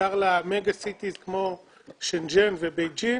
בעיקר למגה סיטיס כמו שנג'ן ובייג'ין